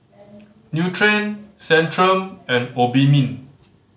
Nutren Centrum and Obimin